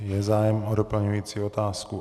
Je zájem o doplňující otázku?